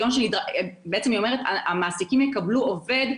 בהתאמה יחד עם מעסיקים במגוון תחומים,